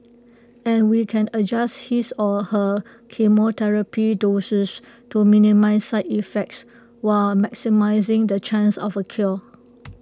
and we can adjust his or her chemotherapy doses to minimise side effects while maximising the chance of A cure